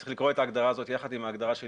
צריך לקרוא את ההגדרה הזאת יחד עם ההגדרה של